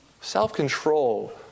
Self-control